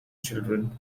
children